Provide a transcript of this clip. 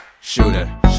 Shooter